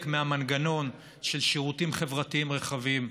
מהמנגנון של שירותים חברתיים רחבים,